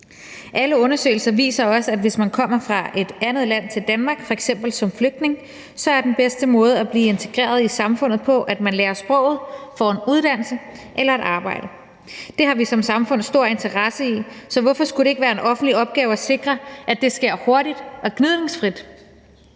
Alle undersøgelser viser også, at hvis man kommer fra et andet land til Danmark som f.eks. flygtning, er den bedste måde at blive integreret i samfundet på, at man lærer sproget og får en uddannelse eller et arbejde. Det har vi som samfund stor interesse i, så hvorfor skulle det ikke være en offentlig opgave at sikre, at det sker hurtigt og gnidningsfrit?